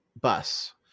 bus